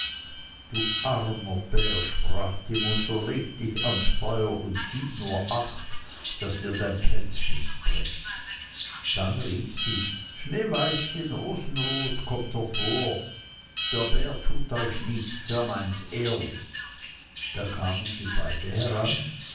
du armer bär sprach die mutter leg dich ans feuer und gib nur acht daß dir dein pelz nicht brennt dann rief sie schneeweißchen rosenrot kommt hervor der bär tut euch nichts er meints ehrlich da kamen sie beide heran